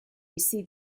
bizi